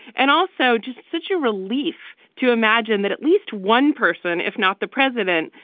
and also just such a relief to imagine that at least one person, if not the president,